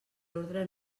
ordre